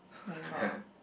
no lah